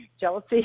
jealousy